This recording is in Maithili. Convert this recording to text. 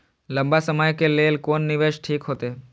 लंबा समय के लेल कोन निवेश ठीक होते?